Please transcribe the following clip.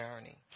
journey